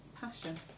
passion